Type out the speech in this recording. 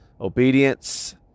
obedience